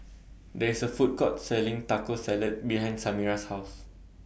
There IS A Food Court Selling Taco Salad behind Samira's House